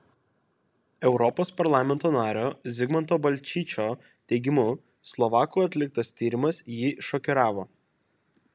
europos parlamento nario zigmanto balčyčio teigimu slovakų atliktas tyrimas jį šokiravo